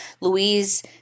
Louise